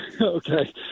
okay